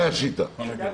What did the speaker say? זאת השיטה.